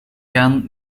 gaan